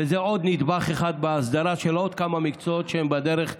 וזה עוד נדבך אחד בהסדרה של עוד כמה מקצועות שהם בדרך להסדרה.